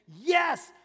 Yes